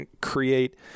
create